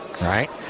right